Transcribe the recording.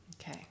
Okay